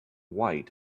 white